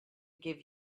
give